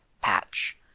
patch